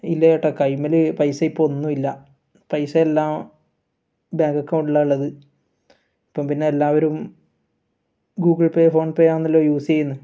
ഇല്ല ചേട്ടാ കയ്യുമ്മൽ പൈസ ഇപ്പം ഒന്നും ഇല്ല പൈസ എല്ലാം ബാങ്ക് അക്കൗണ്ടിലാണുള്ളത് ഇപ്പം പിന്നെ എല്ലാവരും ഗൂഗിൾ പേ ഫോൺ പേ ആണല്ലോ യൂസ് ചെയ്യുന്നേ